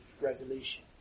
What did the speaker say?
resolution